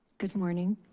good morning.